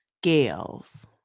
scales